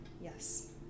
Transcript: yes